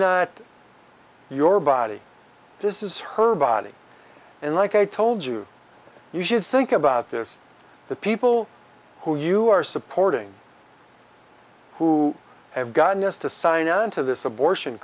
not your body this is her body and like i told you you should think about this the people who you are supporting who have gotten us to sign on to this abortion